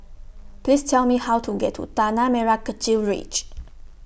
Please Tell Me How to get to Tanah Merah Kechil Ridge